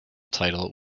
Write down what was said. title